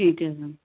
ਠੀਕ ਹੈ ਸਰ